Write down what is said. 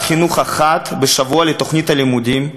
חינוך גופני אחת בשבוע לתוכנית הלימודים,